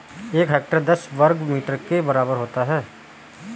एक हेक्टेयर दस हजार वर्ग मीटर के बराबर होता है